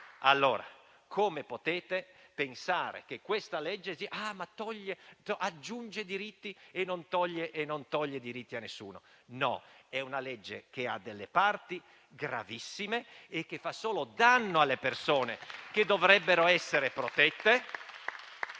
Come potete pensare che questa legge aggiunga diritti e non li tolga a nessuno? No: è una legge che contiene delle parti gravissime e che fa solo danno alle persone che, invece, dovrebbero essere protette